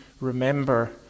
remember